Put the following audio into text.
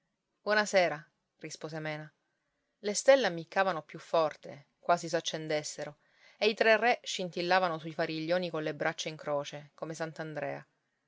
buona sera rispose mena le stelle ammiccavano più forte quasi s'accendessero e i tre re scintillavano sui fariglioni colle braccia in croce come